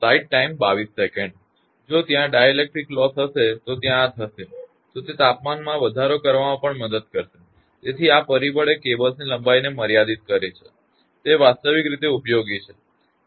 જો ત્યાં dielectric loss હશે તો ત્યાં આ થશે તો તે તાપમાનમાં વધારો કરવામાં પણ મદદ કરશે તેથી આ પરિબળ એ કેબલ્સની લંબાઈને મર્યાદિત કરે છે તે વાસ્તવિક રીત ઉપયોગી છે